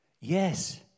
Yes